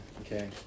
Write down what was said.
okay